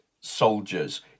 soldiers